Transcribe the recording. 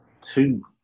two